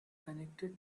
connected